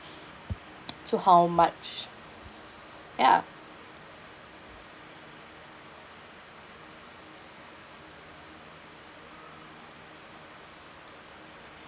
to how much ya